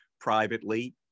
privately